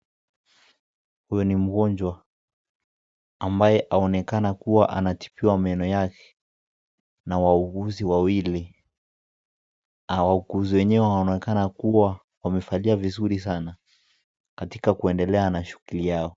Huyu ni mgonjwa ambaye aonekana kuwa anatibiwa meno yake na wauguzi wawili. Wauguzi wenyewe waonekana kuwa wamevalia vizuri sana katika kuendelea na shughuli yao.